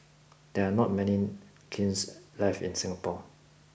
there are not many kilns left in Singapore